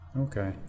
Okay